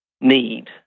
need